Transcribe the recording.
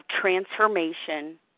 transformation